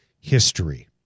history